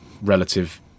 relative